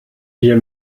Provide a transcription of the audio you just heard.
wir